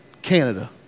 Canada